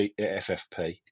FFP